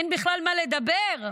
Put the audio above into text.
אין בכלל מה לדבר.